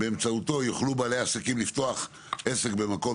שבאמצעותו יוכלו בעלי עסקים לפתוח עסק במקום